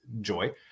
joy